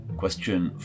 Question